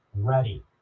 ready